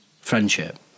friendship